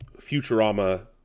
Futurama